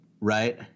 Right